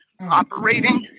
operating